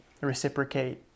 reciprocate